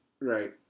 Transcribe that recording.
Right